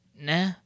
nah